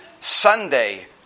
Sunday